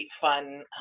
fun